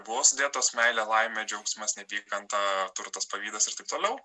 buvo sudėtos meilė laimė džiaugsmas neapykanta turtas pavydas ir taip toliau